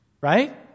right